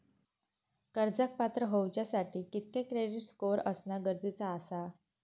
कर्जाक पात्र होवच्यासाठी कितक्या क्रेडिट स्कोअर असणा गरजेचा आसा?